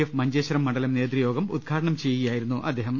F Manjeshwaram മണ്ഡലം നേതൃയോഗം ഉദ്ഘാ ടനം ചെയ്യുകയായിരുന്നു അദ്ദേഹം